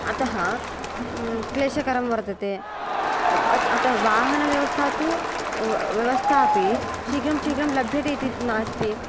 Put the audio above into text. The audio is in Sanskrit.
अत क्लेशकरं वर्तते अत वाहनव्यवस्था तु व्यवस्थापि शीघ्रं शीघ्रं लभ्यते इति नास्ति